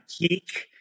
peak